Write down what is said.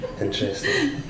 Interesting